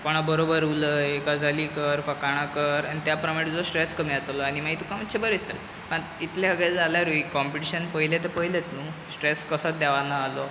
कोणा बरोबर उलय गजाली कर फकाणां कर आनी त्या प्रमाणें तुजो स्ट्रेस कमी सगळे जातलो आनी मागीर तुका मातशें बरें दिसतलें आनी इतलें सगळे जाल्यारूय काँपिटीशन पयलें तें पयलेंच न्हूं स्ट्रेस कसोच देवाना जालो